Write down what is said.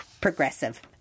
Progressive